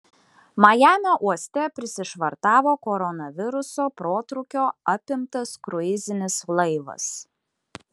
majamio uoste prisišvartavo koronaviruso protrūkio apimtas kruizinis laivas